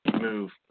move